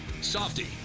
Softy